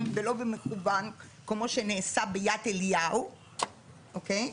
ולא במכוון כמו שנעשה ביד אליהו אוקיי,